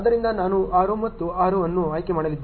ಆದ್ದರಿಂದ ನಾನು 6 ಮತ್ತು 6 ಅನ್ನು ಆಯ್ಕೆ ಮಾಡಲಿದ್ದೇನೆ